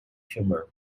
humour